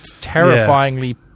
terrifyingly